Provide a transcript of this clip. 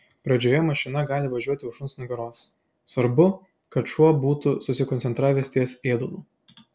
pradžioje mašina gali važiuoti už šuns nugaros svarbu kad šuo būtų susikoncentravęs ties ėdalu